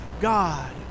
God